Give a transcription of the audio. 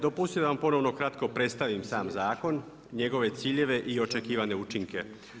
Dopustite da vam ponovno kratko predstavim sam zakon, njegove ciljeve i očekivane učinke.